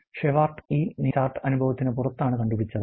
Shewhart ഈ നിയന്ത്രണ chart അനുഭവത്തിന് പുറത്താണ് കണ്ടുപിടിച്ചത്